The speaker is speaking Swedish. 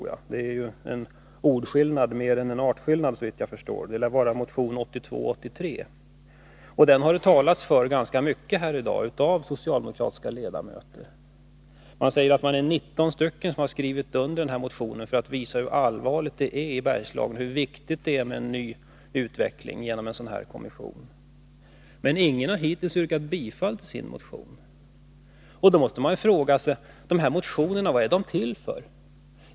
Det är ju en ordskillnad mera än en artskillnad, så vitt jag förstår. Det lär vara motion 1982/83:2048. Socialdemokratiska ledamöter har talat ganska mycket om den i dag. Man säger att det är 19 ledamöter som har skrivit under motionen för att visa hur allvarligt läget är i Bergslagen och hur viktigt det är att få en ny utveckling genom en sådan här kommission. Men ingen har hittills yrkat bifall till sin motion. Då måste man fråga: Vad är de här motionerna till för?